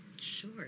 Sure